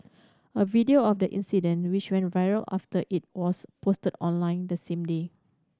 a video of the incident which went viral after it was posted online the same day